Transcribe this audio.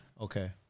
Okay